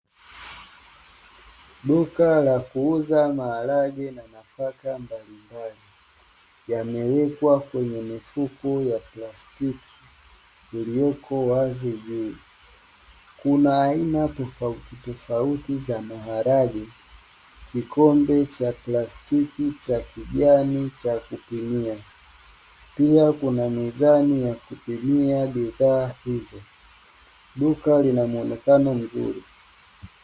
Duka la kuuza maharage na nafaka mbalimbali, Yamewekwa kwenye mifuko ya plastiki iliyoko wazi juu, Kuna aina tofauti tofauti za maharage, Kikombe cha plastiki cha kijani cha kupimia, Pia Kuna mizani ya kupimia bidhaa hizo duka linamuonekano mzuri.